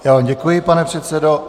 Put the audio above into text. Já vám děkuji, pane předsedo.